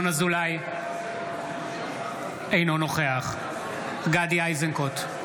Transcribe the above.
אינו נוכח גדי איזנקוט,